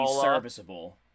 serviceable